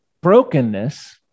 brokenness